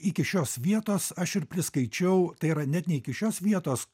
iki šios vietos aš ir priskaičiau tai yra net ne iki šios vietos